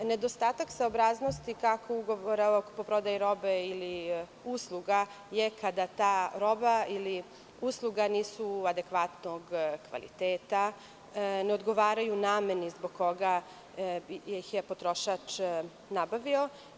Nedostatak saobraznosti, kako ugovora ovog kupoprodaje roba ili usluga, je kada ta roba ili usluga nisu adekvatnog kvaliteta, ne odgovaraju nameni zbog koga je potrošač nabavio.